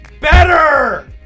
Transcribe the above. Better